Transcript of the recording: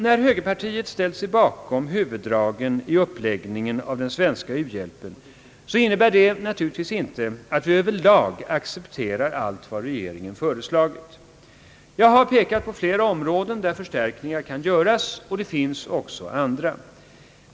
När högerpartiet ställt sig bakom huvuddragen i uppläggningen av den svenska u-hjälpen, innebär det inte att vi över lag accepterar allt vad regeringen föreslagit. Jag har pekat på flera områden där förstärkningar kan göras, och det finns också andra.